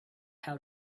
how